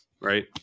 right